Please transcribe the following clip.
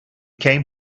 came